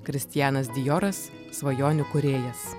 kristianas dijoras svajonių kūrėjas